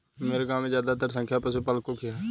मेरे गांव में ज्यादातर संख्या पशुपालकों की है